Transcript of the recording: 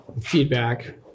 feedback